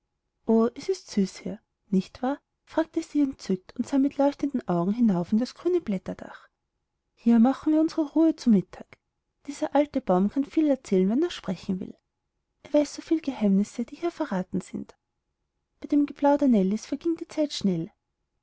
o es ist süß hier nicht wahr fragte sie entzückt und sah mit leuchtenden augen hinauf in das grüne blätterdach hier machen wir unsre ruhe zu mittag dieser alter baum kann viel erzählen wenn er sprechen will er weiß so viel geheimnisse die hier verraten sind bei dem geplauder nellies verging die zeit schnell